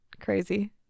crazy